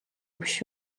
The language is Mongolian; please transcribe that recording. биш